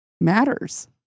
matters